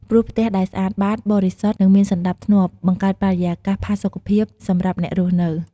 ព្រោះផ្ទះដែលស្អាតបាត បរិសុទ្ធ និងមានសណ្តាប់ធ្នាប់ បង្កើតបរិយាកាសផាសុកភាពសម្រាប់អ្នករស់នៅ ។